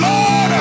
Lord